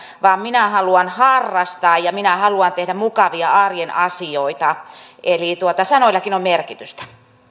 vaan minä haluan harrastaa ja minä haluan tehdä mukavia arjen asioita eli sanoillakin on merkitystä